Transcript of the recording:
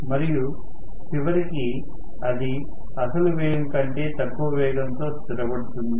మరియు చివరికి అది అసలు వేగం కంటే తక్కువ వేగంతో స్థిరపడుతుంది